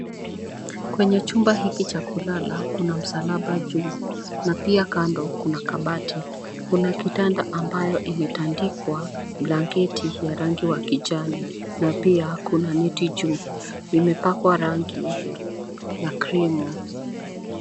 Kwenye chumba hiki cha kulala, kuna msalaba juu na pia kando kuna kabati. Kuna kitanda ambayo imetandikwa blanketi ya rangi ya kijani na pia kuna neti juu. Imepakwa rangi ya krimu.